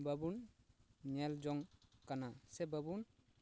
ᱵᱟᱵᱚᱱ ᱧᱮᱞ ᱡᱚᱝ ᱠᱟᱱᱟ ᱥᱮ ᱵᱟᱵᱚᱱ